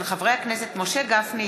של חברי הכנסת משה גפני,